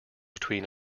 between